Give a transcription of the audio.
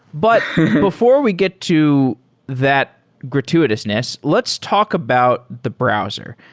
but before we get to that gratuitousness, let's talk about the browser.